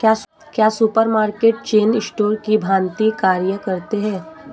क्या supermarket chain store की भांति कार्य करते हैं?